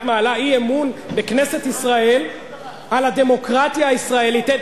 את מעלה אי-אמון בכנסת ישראל על הדמוקרטיה הישראלית.